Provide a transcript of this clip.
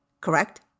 correct